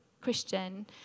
Christian